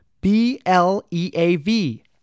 B-L-E-A-V